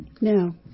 No